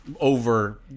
Over